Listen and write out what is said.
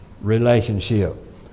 relationship